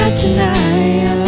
tonight